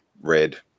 red